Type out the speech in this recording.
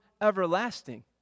everlasting